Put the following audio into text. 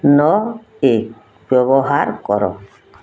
ନଅ ଏକ ବ୍ୟବହାର କର